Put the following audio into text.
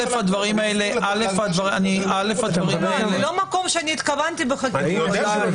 זה לא המקום שאני התכוונתי בחקיקה.